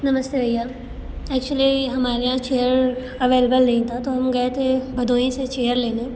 नमस्ते भैया एक्चुली हमारे यहाँ चेयर अवेलेबल नहीं था तो हम गए थे भदोही से चेयर लेने